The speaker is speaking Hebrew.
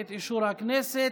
את אישור הכנסת.